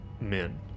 men